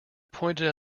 pointed